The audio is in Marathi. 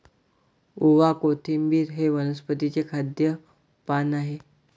ओवा, कोथिंबिर हे वनस्पतीचे खाद्य पान आहे